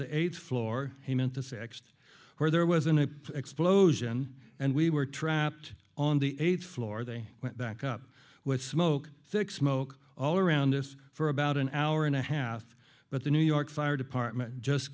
the eighth floor he meant to sext where there was an explosion and we were trapped on the eighth floor they went back up with smoke thick smoke all around us for about an hour and a half but the new york fire department just